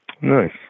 Nice